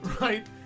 Right